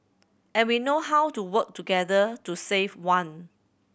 and we know how to work together to save one